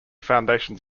foundations